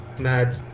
Mad